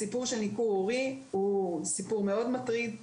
הסיפור של ניכור הורי הוא סיפור מאוד מטריד,